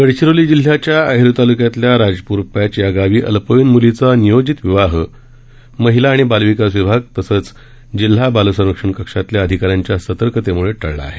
गडचिरोली जिल्ह्याच्या अहेरी तालुक्यातील राजपूर पॅच या गावी अल्पवयीन मुलीचा नियोजित विवाह महिला आणि बालविकास विभाग कसंच जिल्हा बाल संरक्षण कक्षातल्या अधिकाऱ्यांच्या सतर्कतेमुळे टळला आहे